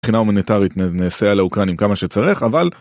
מבחינה הומניטרית נעשה על האוקראינים כמה שצריך אבל...